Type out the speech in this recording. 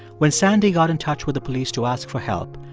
when sandy got in touch with the police to ask for help,